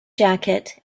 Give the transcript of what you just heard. jacket